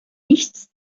nichts